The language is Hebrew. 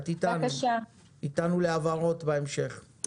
את איתנו להבהרות בהמשך.